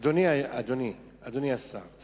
אדוני השר,